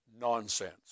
Nonsense